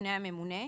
לפני הממונה,